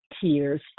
tears